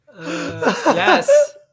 yes